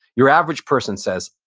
your average person says,